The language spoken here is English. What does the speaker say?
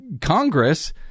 Congress